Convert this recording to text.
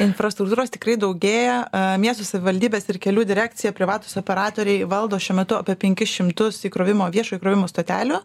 infrastruktūros tikrai daugėja miesto savivaldybės ir kelių direkcija privatūs operatoriai valdo šiuo metu apie penkis šimtus įkrovimo viešo įkrovimo stotelių